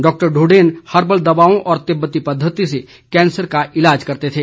doctor Dhonden herbal दवाओं और तिब्बती पद्वति से कैंसर का ईलाज करते थे